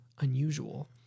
unusual